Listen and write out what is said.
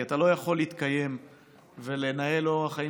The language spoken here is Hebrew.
כי אתה לא יכול להתקיים ולנהל אורח חיים